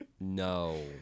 No